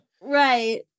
Right